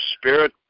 spirit